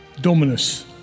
dominus